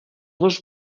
dos